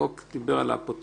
החוק דיבר על האפוטרופוס,